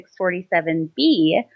647b